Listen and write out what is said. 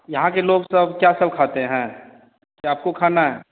यहाँ के लोग सब क्या सब खाते हैं क्या आपको खाना है